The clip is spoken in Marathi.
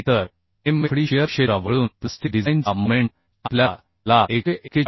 1 तर mfd शिअर क्षेत्र वगळून प्लास्टिक डिझाइनचा मोमेंट आपल्याला ला 141